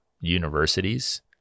universities